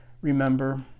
remember